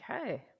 okay